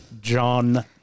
John